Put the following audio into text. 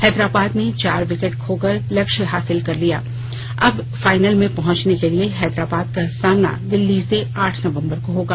हैदराबाद ने चार विर्कट खोकर लक्ष्य हासिल कर लिया अब फाइनल में पहुंचने के लिए हैदराबाद का सामना दिल्ली से आठ नवंबर को होगा